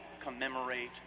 commemorate